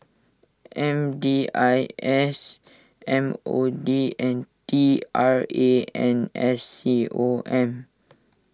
M D I S M O D and T R A N S C O M